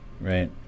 right